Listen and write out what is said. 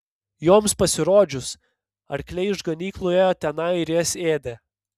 joms pasirodžius arkliai iš ganyklų ėjo tenai ir jas ėdė